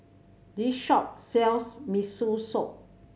this shop sells Miso Soup